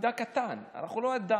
מידע קטן, אנחנו לא ידענו.